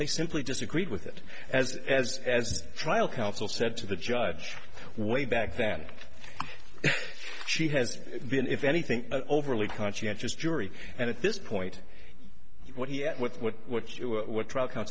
they simply disagreed with it as as as trial counsel said to the judge way back then she has been if anything overly conscientious jury and at this point what he had with what trial co